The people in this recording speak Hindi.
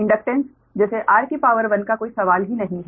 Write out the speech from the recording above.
इंडक्टेन्स जैसे r का कोई सवाल ही नहीं है